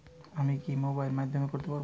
আমি কি মোবাইলের মাধ্যমে করতে পারব?